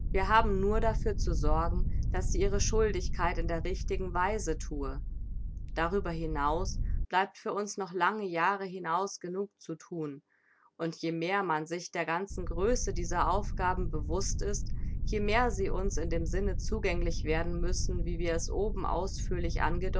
wir haben nur dafür zu sorgen daß sie ihre schuldigkeit in der richtigen weise thue darüber hinaus bleibt uns noch für lange jahre hinaus genug zu thun und je mehr man sich der ganzen größe dieser aufgaben bewußt ist je mehr sie uns in dem sinne zugänglich werden müssen wie wir es oben ausführlich